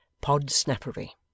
Podsnappery